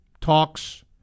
talks